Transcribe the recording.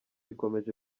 ikomeje